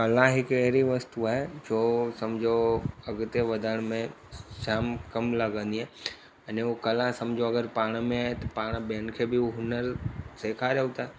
कला हिकु अहिड़ी वस्तू आहे जो सम्झो अॻिते वधण में जाम कम लाॻंदी आहे अने हूअ कला सम्झो अगरि पाण में त पाण ॿियनि खे हुनर सेखारियूं था